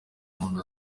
muntu